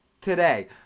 today